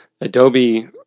Adobe